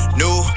new